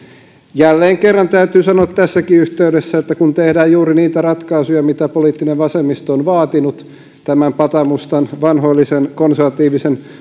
jälleen kerran täytyy sanoa tässäkin yhteydessä että kun tehdään juuri niitä ratkaisuja joita poliittinen vasemmisto on vaatinut tämän patamustan vanhoillisen konservatiivisen